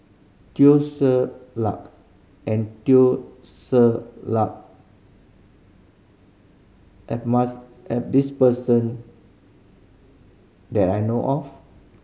Teo Ser Luck and Teo Ser Luck at at this person that I know of